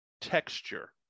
texture